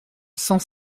cent